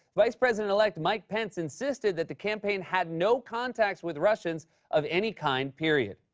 vice president-elect mike pence insisted that the campaign had no contacts with russians of any kind, period.